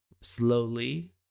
slowly